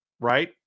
Right